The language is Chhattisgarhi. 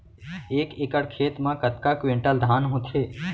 एक एकड़ खेत मा कतका क्विंटल धान होथे?